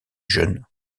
jeunes